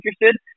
interested